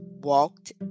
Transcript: walked